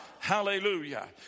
Hallelujah